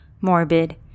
morbid